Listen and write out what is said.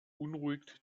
beunruhigt